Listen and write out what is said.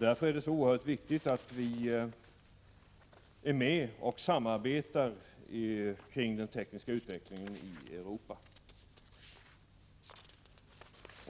Därför är det viktigt att vi är med och samarbetar kring den tekniska utvecklingen i Europa.